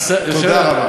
יושב, תודה רבה.